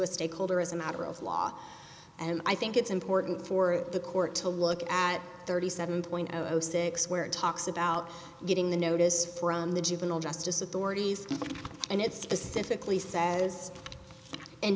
a stakeholder as a matter of law and i think it's important for the court to look at thirty seven point zero six where it talks about getting the notice from the juvenile justice authorities and it's pacifically says